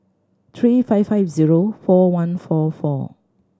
three five five zero four one four four